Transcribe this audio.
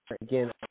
Again